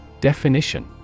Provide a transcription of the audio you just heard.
Definition